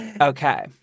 Okay